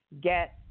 get